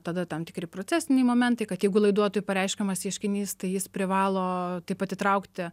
tada tam tikri procesiniai momentai kad jeigu laiduotojui pareiškiamas ieškinys tai jis privalo taip pat įtraukti